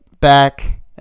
back